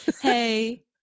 hey